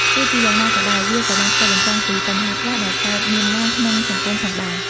ទោះជាយ៉ាងណាក៏ដោយ វាក៏បានឆ្លុះបញ្ចាំងពីបញ្ហាខ្លះដែលកើតមានឡើងក្នុងសង្គមផងដែរ។